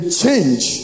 change